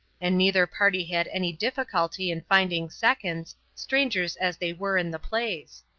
and neither party had any difficulty in finding seconds, strangers as they were in the place.